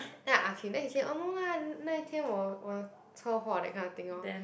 then I ask him then he say no lah na yi tian wo che huo that kind of thing lor